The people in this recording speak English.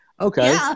Okay